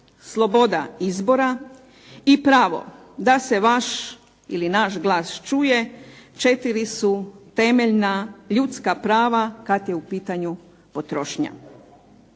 sloboda izbora i pravo da se vaš ili naš glas čuje četiri su temeljna ljudska prava kad je u pitanju potrošnja.